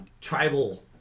tribal